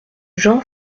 jean